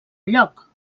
lloc